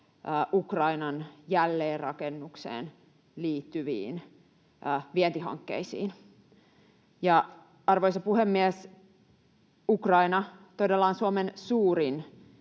Ukrainan jälleenrakennukseen liittyviin vientihankkeisiin. Ja, arvoisa puhemies, Ukraina todella on Suomen suurin